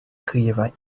києва